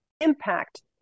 impact